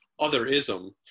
otherism